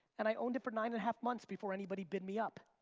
and i owned it for nine and a half months before anybody bid me up.